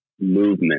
Movement